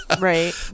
Right